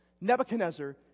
Nebuchadnezzar